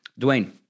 Dwayne